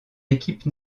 équipe